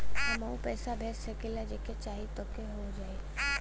हमहू पैसा भेज सकीला जेके चाही तोके ई हो जाई?